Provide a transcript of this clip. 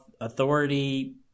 authority